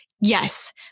Yes